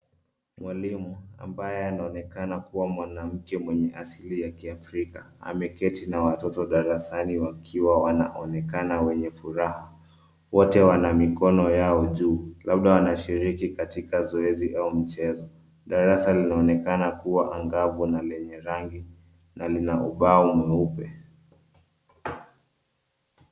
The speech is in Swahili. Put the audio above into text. Mwalimu ambaye anaonekana kuwa mwanamke mwenye asili ya kiafrika, ameketi na watoto darasani wakiwa wanaonekana wenye furaha. Wote wana mikono yao juu, labda wanashikiri katika zoezi au mchezo. Darasa linaonekana kuwa anghabu na lenye rangi na lina ubao mweupe.